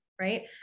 right